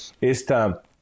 esta